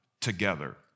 together